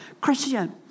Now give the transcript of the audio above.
Christian